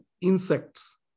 insects